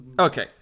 Okay